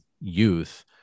youth